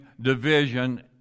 division